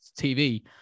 TV